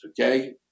okay